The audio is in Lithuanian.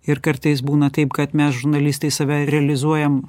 ir kartais būna taip kad mes žurnalistai save realizuojam